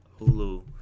Hulu